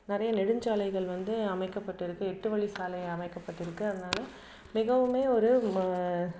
நிறைய நெடுஞ்சாலைகள் வந்து அமைக்கப்பட்டு இருக்குது எட்டு வழி சாலை அமைக்கப்பட்டு இருக்குது அதனால மிகவும் ஒரு